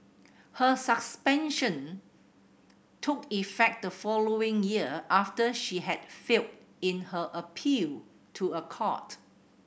her suspension took effect the following year after she had failed in her appeal to a court